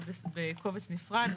זה בקובץ נפרד.